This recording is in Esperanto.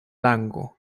lango